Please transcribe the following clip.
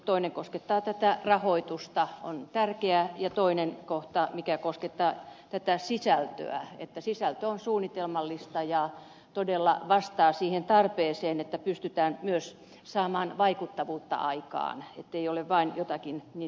toinen koskettaa rahoitusta ja toinen koskettaa sisältöä siten että sisältö on suunnitelmallista ja todella vastaa siihen tarpeeseen että pystytään myös saamaan vaikuttavuutta aikaan niin ettei ole vain jotakin niin sanottu